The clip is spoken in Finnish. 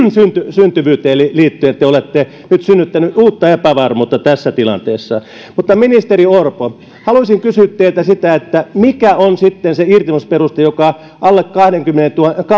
syntyvyyteen liittyen te te olette nyt synnyttäneet uutta epävarmuutta tässä tilanteessa mutta ministeri orpo haluaisin kysyä teiltä sitä mikä on sitten se irtisanomisperuste joka alle